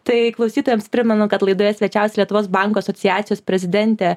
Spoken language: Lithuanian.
tai klausytojams primenu kad laidoje svečiavosi lietuvos bankų asociacijos prezidentė